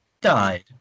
died